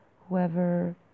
whoever